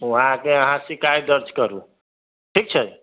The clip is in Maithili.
ऊहाँ आके अहाँ शिकायत दर्ज करू ठीक छै